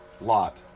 lot